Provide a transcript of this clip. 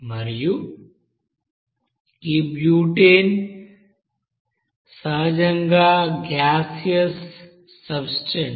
మరియు ఈ బ్యూటేన్ సహజంగా గాసీయోస్ సబ్స్టెన్స్